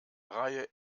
reihe